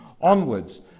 onwards